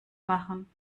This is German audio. machen